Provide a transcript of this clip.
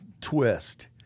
twist